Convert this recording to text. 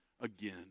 again